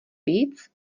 víc